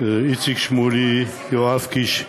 איציק שמולי ויואב קיש,